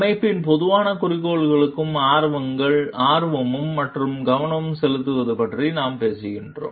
அமைப்பின் பொதுவான குறிக்கோளுக்கு ஆர்வமும் மற்றும் கவனம் செலுத்துவது பற்றி நாம் பேசுகிறோம்